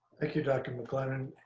thank you, dr. maclennan.